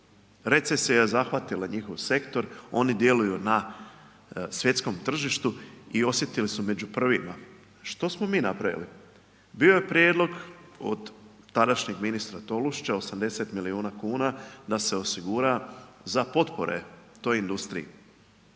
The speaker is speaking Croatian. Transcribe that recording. Recesija je zahvatila njihov sektor, oni djeluju na svjetskom tržištu i osjetili su među prvima. Što smo mi napravili? Bio je prijedlog od tadašnjeg ministra Tolušića 80 milijuna kuna da se osigura za potpore toj industriji.